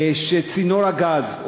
שצינור הגז,